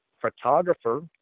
photographer